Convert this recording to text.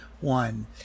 one